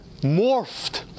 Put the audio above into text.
morphed